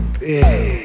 big